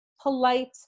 polite